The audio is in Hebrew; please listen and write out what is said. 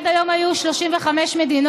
עד היום היו 35 מדינות,